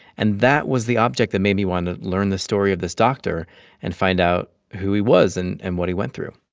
and that was the object that made me want to learn the story of this doctor and find out who he was and and what he went through.